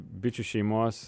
bičių šeimos